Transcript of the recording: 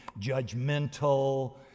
judgmental